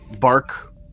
Bark